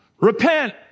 repent